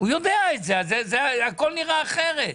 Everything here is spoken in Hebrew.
אז הכול נראה אחרת.